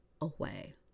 away